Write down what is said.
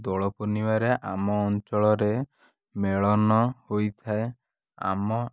ଦୋଳ ପୂର୍ଣ୍ଣିମାରେ ଆମ ଅଞ୍ଚଳରେ ମେଳଣ ହୋଇଥାଏ ଆମ